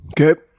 Okay